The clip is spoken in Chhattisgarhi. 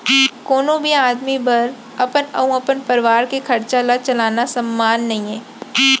कोनो भी आदमी बर अपन अउ अपन परवार के खरचा ल चलाना सम्मान नइये